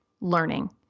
learning